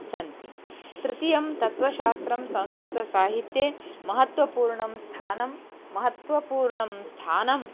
सन्ति तृतीयं तत्त्वशास्त्रं संस्कृतसाहित्ये महत्वपूर्णं स्थानं महत्त्वपूर्णं स्थानं